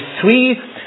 three